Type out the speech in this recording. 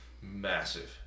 massive